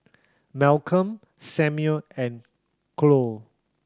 Malcolm Samuel and Khloe